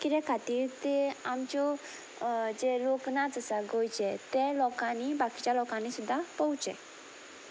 किद्या खातीर ते आमच्यो जे लोकनाच आसा गोंयचे ते लोकांनी बाकीच्या लोकांनी सुद्दां पळोवचें